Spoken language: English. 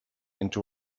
into